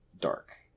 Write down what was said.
dark